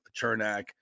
Chernak